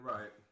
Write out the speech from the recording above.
Right